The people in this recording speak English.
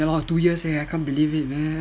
ya lor two years already I can't believe it man